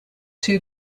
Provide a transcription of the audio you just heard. two